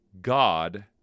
God